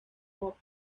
more